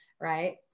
right